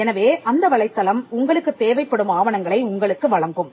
எனவே அந்த வலைத்தளம் உங்களுக்குத் தேவைப்படும் ஆவணங்களை உங்களுக்கு வழங்கும்